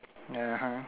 (uh huh)